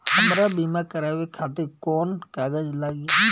हमरा बीमा करावे खातिर कोवन कागज लागी?